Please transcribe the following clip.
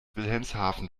wilhelmshaven